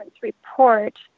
report